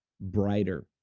brighter